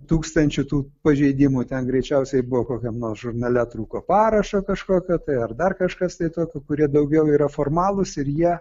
tūkstančių tų pažeidimų ten greičiausiai buvo kokiam nors žurnale trūko parašo kažkokio tai ar dar kažkas tai tokių kurie daugiau yra formalūs ir jie